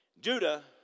Judah